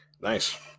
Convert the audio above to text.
Nice